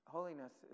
Holiness